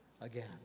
again